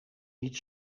niet